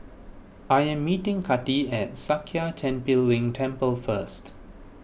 I am meeting Kati at Sakya Tenphel Ling Temple first